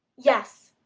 yes,